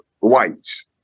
whites